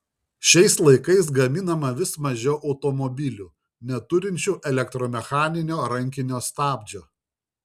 šiais laikais gaminama vis mažiau automobilių neturinčių elektromechaninio rankinio stabdžio